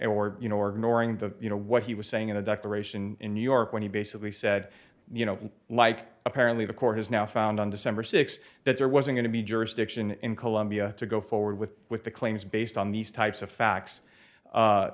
the you know what he was saying in the declaration in new york when he basically said you know like apparently the court has now found on december sixth that there was a going to be jurisdiction in colombia to go forward with with the claims based on these types of facts